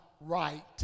right